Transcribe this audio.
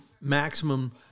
maximum